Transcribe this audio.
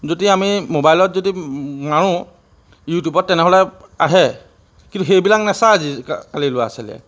যদি আমি মোবাইলত যদি মাৰোঁ ইউটিউবত তেনেহ'লে আহে কিন্তু সেইবিলাক নেচায় আজিকালি ল'আ ছোৱালীয়ে